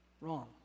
Wrong